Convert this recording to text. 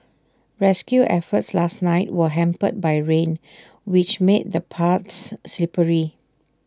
rescue efforts last night were hampered by rain which made the paths slippery